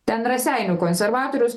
ten raseinių konservatorius